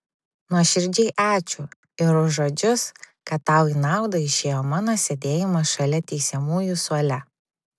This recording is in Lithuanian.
nuoširdžiai ačiū ir už žodžius kad tau į naudą išėjo mano sėdėjimas šalia teisiamųjų suole